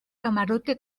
camarote